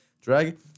drag